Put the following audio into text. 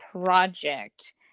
project